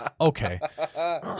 okay